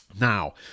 now